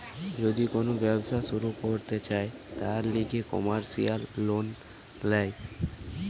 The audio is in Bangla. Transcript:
যদি কোন ব্যবসা শুরু করতে চায়, তার লিগে কমার্সিয়াল লোন ল্যায়